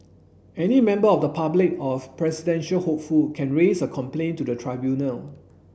any member of the public or a presidential hopeful can raise a complaint to the tribunal